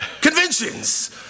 Conventions